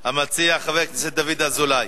המציע, חבר הכנסת דוד אזולאי,